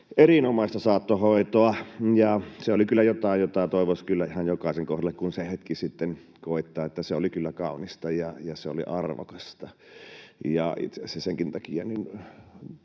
erinomaista saattohoitoa, ja se oli kyllä jotain, jota toivoisi kyllä ihan jokaisen kohdalle, kun se hetki sitten koittaa. Se oli kyllä kaunista, ja se oli arvokasta. Itse asiassa senkin takia